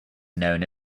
known